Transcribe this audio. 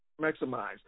maximized